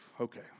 Okay